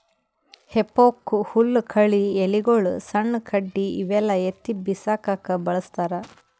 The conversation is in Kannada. ಹೆಫೋಕ್ ಹುಲ್ಲ್ ಕಳಿ ಎಲಿಗೊಳು ಸಣ್ಣ್ ಕಡ್ಡಿ ಇವೆಲ್ಲಾ ಎತ್ತಿ ಬಿಸಾಕಕ್ಕ್ ಬಳಸ್ತಾರ್